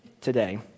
today